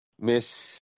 Miss